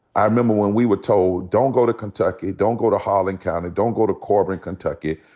i remember when we were told, don't go to kentucky. don't go to harlan county. don't go to corbin, kentucky.